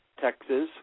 Texas